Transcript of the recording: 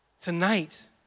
Tonight